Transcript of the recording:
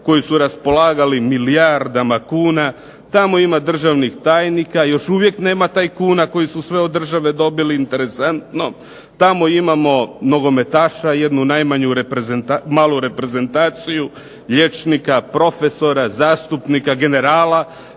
koji su raspolagali milijardama kuna. Tamo ima državnih tajnika, još uvijek nema tajkuna koji su sve od države dobili, interesantno. Tamo imamo nogometaša, jednu malu reprezentaciju, liječnika, profesora, zastupnika, generala